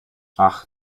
ach